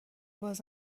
باز